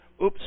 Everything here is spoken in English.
Oops